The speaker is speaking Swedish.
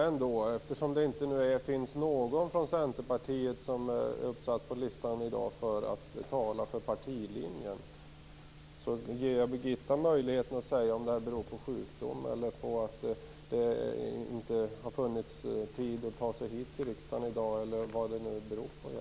Men eftersom det inte finns någon från Centerpartiet som är uppsatt på talarlistan i dag för att tala för partilinjen ger jag Birgitta Hambraeus möjligheten att säga om detta beror på sjukdom, att det inte funnits tid att ta sig hit till riksdagen i dag, eller vad det nu beror på.